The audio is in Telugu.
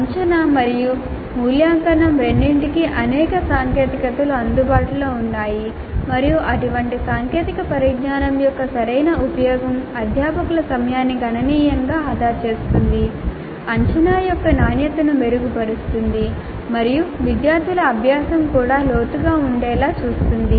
అంచనా మరియు మూల్యాంకనం రెండింటికీ అనేక సాంకేతికతలు అందుబాటులో ఉన్నాయి మరియు అటువంటి సాంకేతిక పరిజ్ఞానం యొక్క సరైన ఉపయోగం అధ్యాపకుల సమయాన్ని గణనీయంగా ఆదా చేస్తుంది అంచనా యొక్క నాణ్యతను మెరుగుపరుస్తుంది మరియు విద్యార్థుల అభ్యాసం కూడా లోతుగా ఉండేలా చేస్తుంది